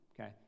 okay